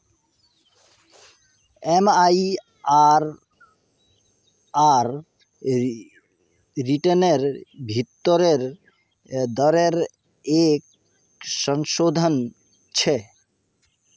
MIRR रिटर्नेर भीतरी दरेर एक संशोधन छे